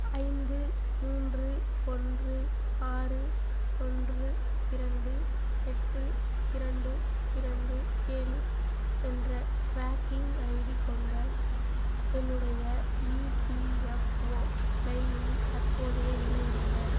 ஐந்து மூன்று ஒன்று ஆறு ஒன்று இரண்டு எட்டு இரண்டு இரண்டு ஏழு என்ற ட்ராக்கிங் ஐடி கொண்ட என்னுடைய இபிஎஃப்ஓ கிளெய்மின் தற்போதைய நிலை என்ன